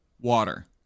water